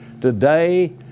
Today